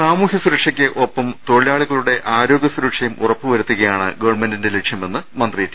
സാമൂഹ്യസുരക്ഷയ്ക്ക് ഒപ്പം തൊഴിലാളികളുടെ ആരോഗ്യ സുര ക്ഷയും ഉറപ്പുവരുത്തുകയാണ് ഗവൺമെന്റിന്റെ ലക്ഷ്യമെന്ന് മന്ത്രി ടി